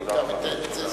כדי לתקן את המצב הזה.